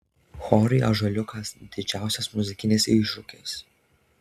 chorui ąžuoliukas didžiausias muzikinis iššūkis